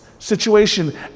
situation